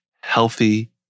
healthy